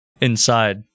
Inside